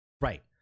Right